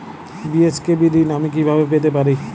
BSKB ঋণ আমি কিভাবে পেতে পারি?